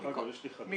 דרך אגב, יש לי חדשות.